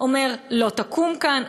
לא תקום כאן,